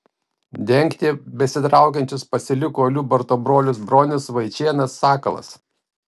dengti besitraukiančius pasiliko liubarto brolis bronius vaičėnas sakalas